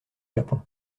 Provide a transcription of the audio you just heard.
japon